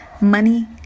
money